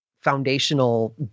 foundational